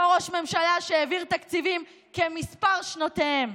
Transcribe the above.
אותו ראש ממשלה שהעביר תקציבים כמספר שנותיהם.